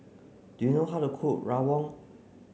do you know how to cook Rawon